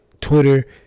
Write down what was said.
twitter